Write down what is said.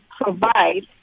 Provide